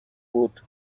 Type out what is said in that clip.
بود